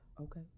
Okay